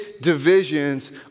divisions